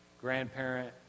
grandparent